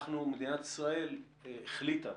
מדינת ישראל החליטה,